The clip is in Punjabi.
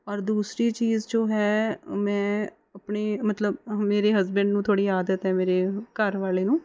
ਔਰ ਦੂਸਰੀ ਚੀਜ਼ ਜੋ ਹੈ ਮੈਂ ਆਪਣੀ ਮਤਲਬ ਮੇਰੇ ਹਸਬੈਂਡ ਨੂੰ ਥੋੜ੍ਹੀ ਆਦਤ ਹੈ ਮੇਰੇ ਘਰਵਾਲੇ ਨੂੰ